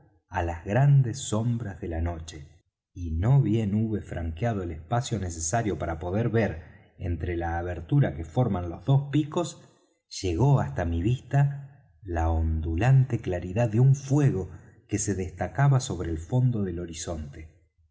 á las grandes sombras de la noche y no bien hube franqueado el espacio necesario para poder ver entre la abertura que forman los dos picos llegó hasta mi vista la ondulante claridad de un fuego que se destacaba sobre el fondo del horizonte